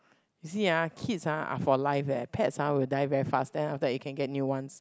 see ah kids are ah for life eh pets ah will die very fast then after that you can get new ones